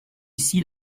ici